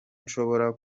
nshobora